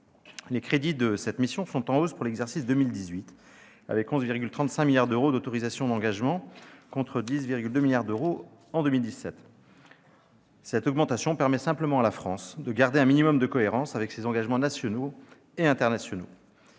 Les crédits de la mission sont en hausse pour l'exercice 2018, avec 11,35 milliards d'euros d'autorisations d'engagement contre 10,2 milliards d'euros en 2017. Cette augmentation permet simplement à la France de garder un minimum de cohérence avec ses engagements nationaux et internationaux.